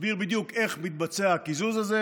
שמסביר בדיוק איך מתבצע הקיזוז הזה.